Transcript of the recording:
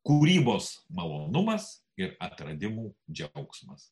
kūrybos malonumas ir atradimų džiaugsmas